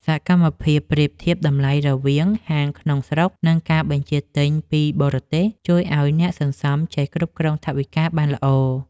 សកម្មភាពប្រៀបធៀបតម្លៃរវាងហាងក្នុងស្រុក និងការបញ្ជាទិញពីបរទេស ជួយឱ្យអ្នកសន្សំចេះគ្រប់គ្រងថវិកាបានល្អ។